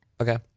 Okay